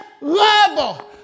level